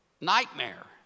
nightmare